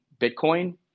bitcoin